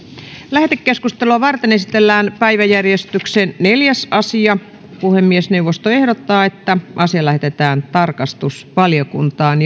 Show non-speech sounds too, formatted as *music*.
lähetekeskustelua varten esitellään päiväjärjestyksen neljäs asia puhemiesneuvosto ehdottaa että asia lähetetään tarkastusvaliokuntaan *unintelligible*